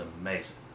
amazing